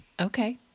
Okay